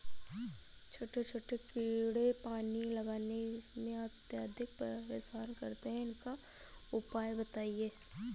छोटे छोटे कीड़े पानी लगाने में अत्याधिक परेशान करते हैं इनका उपाय बताएं?